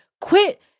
quit